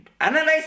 analyze